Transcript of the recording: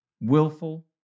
Willful